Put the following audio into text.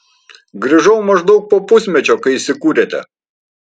grįžau maždaug po pusmečio kai įsikūrėte